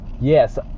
yes